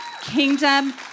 kingdom